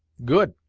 good!